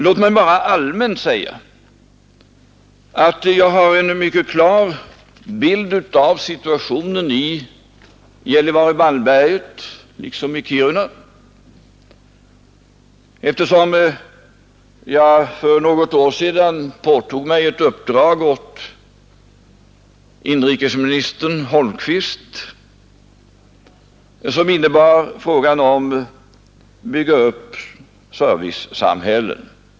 Låt mig bara allmänt säga att jag har en mycket klar bild av situationen i Gällivare—-Malmberget liksom i Kiruna, eftersom jag för något år sedan påtog mig ett uppdrag åt inrikesminister Holmqvist som innebar frågan om att bygga upp servicesamhällen.